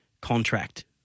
contract